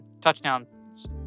touchdowns